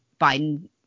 Biden